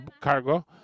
cargo